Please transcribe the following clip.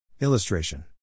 Illustration